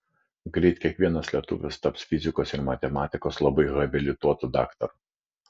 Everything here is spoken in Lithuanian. greit kiekvienas lietuvis taps fizikos ir matematikos labai habilituotu daktaru